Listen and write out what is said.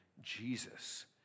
Jesus